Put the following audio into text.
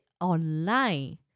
online